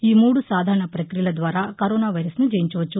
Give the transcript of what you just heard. ఈ మూడు సాధారణ ప్రక్రియల ద్వారా కరోనా వైరస్ను జయించవచ్చు